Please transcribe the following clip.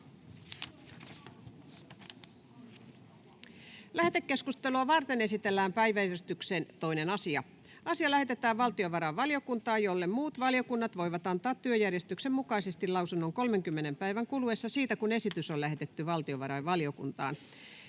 Lähetekeskustelua varten esitellään päiväjärjestyksen 2. asia. Asia lähetetään valtiovarainvaliokuntaan, jolle muut valiokunnat voivat antaa työjärjestyksen mukaisesti lausunnon 30 päivän kuluessa siitä, kun esitys on lähetetty valtiovarainvaliokuntaan.